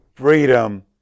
Freedom